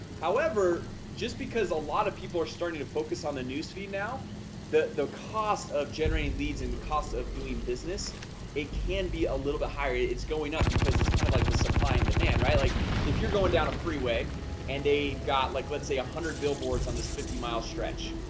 however just because a lot of people are starting to focus on the newsfeed now the the cost of generating leads in the cost of doing business it can be a little bit higher it's going up because it's kind of like the supply and demand right like if you're going down a freeway and they've got like let's say a hundred billboards on this fifty mile stretch.